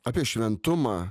apie šventumą